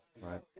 right